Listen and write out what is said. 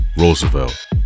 Roosevelt